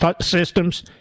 systems